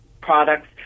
products